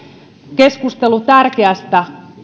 keskustelu tärkeästä